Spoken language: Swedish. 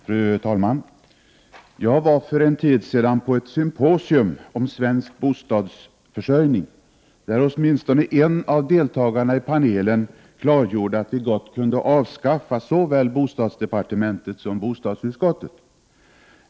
Fru talman! Jag var för en tid sedan på ett symposium om svensk bostadsförsörjning där åtminstone en av deltagarna i panelen klargjorde att vi gott kunde avskaffa såväl bostadsdepartementet som bostadsutskottet.